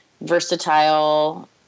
versatile